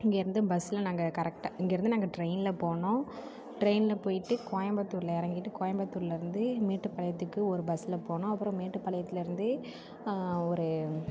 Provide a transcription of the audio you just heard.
இங்கேயிருந்து பஸ்ஸில் நாங்கள் கரெக்டாக இங்கேருந்து நாங்கள் டிரெயின்ல போனோம் டிரெயின்ல போய்ட்டு கோயம்புத்தூரில் இறங்கிட்டு கோயம்புத்தூர்லேருந்து மேட்டுப்பாளையத்துக்கு ஒரு பஸ்ஸில் போனோம் அப்றம் மேட்டுப்பாளையத்துலேருந்து ஒரு